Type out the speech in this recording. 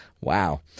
wow